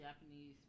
Japanese